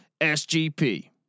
SGP